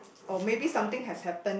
or maybe something has happen